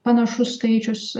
panašus skaičius